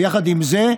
ויחד עם זה,